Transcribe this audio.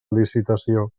licitació